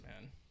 man